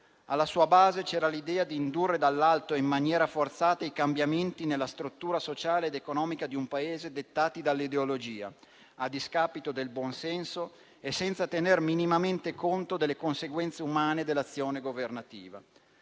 Alla sua base c'era l'idea di indurre dall'alto in maniera forzata i cambiamenti nella struttura sociale ed economica di un Paese dettati dall'ideologia, a discapito del buonsenso e senza tenere minimamente conto delle conseguenze umane dell'azione governativa.